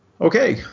Okay